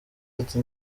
ati